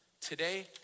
Today